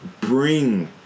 bring